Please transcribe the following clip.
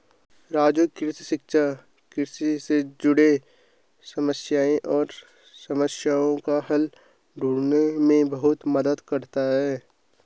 राजू कृषि शिक्षा कृषि से जुड़े समस्याएं और समस्याओं का हल ढूंढने में बहुत मदद करता है